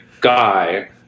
guy